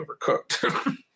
overcooked